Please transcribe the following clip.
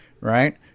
Right